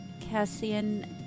Cassian